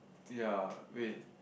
yea wait